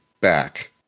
back